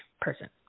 person